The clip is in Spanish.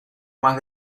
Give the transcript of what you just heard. más